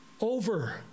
over